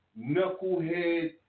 knucklehead